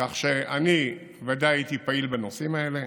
כך שאני ודאי הייתי פעיל בנושאים האלה,